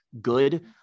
good